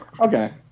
Okay